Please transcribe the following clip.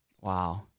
Wow